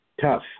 Tough